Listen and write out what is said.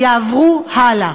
יעברו הלאה.